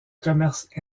commerce